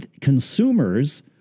consumers